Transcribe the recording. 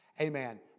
Amen